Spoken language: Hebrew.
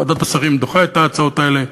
וועדת השרים דוחה את ההצעות האלה.